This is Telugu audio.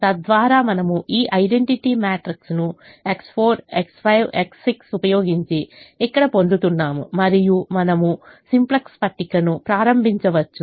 తద్వారా మనము ఈ ఐడెంటిటీ మ్యాట్రిక్స్ను X4 X5 X6 ఉపయోగించి ఇక్కడ పొందుతున్నము మరియు మనము సింప్లెక్స్ పట్టికను ప్రారంభించవచ్చు